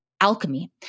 alchemy